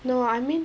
no I mean